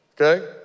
okay